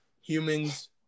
humans